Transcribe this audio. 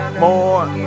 more